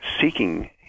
seeking